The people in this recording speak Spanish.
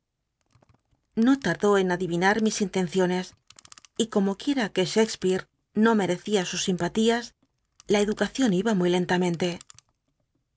no tmdú en adivinar mis intenciones y como qtúem que shaskspearc no mcrccia sus simpatías la educacion iba muy lentamente